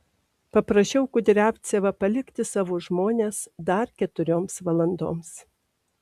paprašiau kudriavcevą palikti savo žmones dar keturioms valandoms